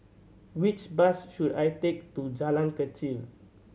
which bus should I take to Jalan Kechil